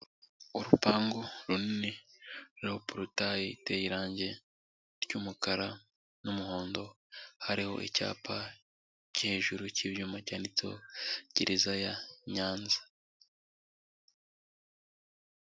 Urupangu runini ruriho porotayi iteye irange ry'umukara n'umuhondo, hariho icyapa cyo hejuru cy'ibyuma cyanditseho gereza ya Nyanza.